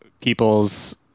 people's